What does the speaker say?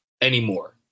anymore